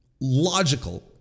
logical